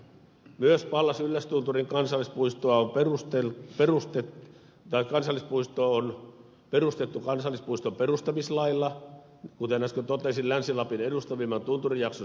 myös pallas yllästunturin kansallispuisto on perustettu kansallispuiston perustamislailla kuten äsken totesin länsi lapin edustavimman tunturijakson suojelemiseksi